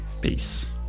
Peace